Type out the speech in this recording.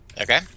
Okay